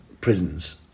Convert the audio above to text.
prisons